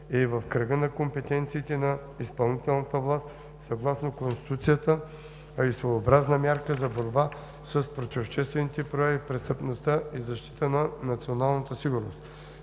е в кръга на компетенциите на изпълнителната власт съгласно Конституцията и е своеобразна мярка за борба с противообществените прояви, престъпността и защита на националната сигурност.